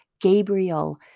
Gabriel